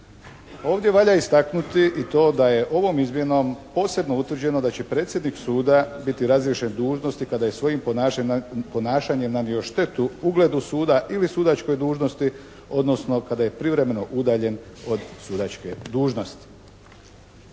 Ovdje valja istaknuti i to da je ovom izmjenom posebno utvrđeno da će predsjednik suda biti razriješen dužnosti kada je svojim ponašanjem nanio štetu ugledu suda ili sudačkoj dužnosti, odnosno kada je privremeno udaljen od sudačke dužnosti.